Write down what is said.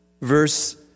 verse